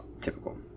typical